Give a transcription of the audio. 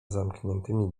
zamkniętymi